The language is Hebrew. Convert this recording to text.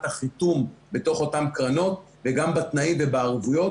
החיתום בתוך אותן קרנות וגם בתנאים ובערבויות.